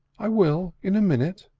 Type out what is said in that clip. i will in a minute,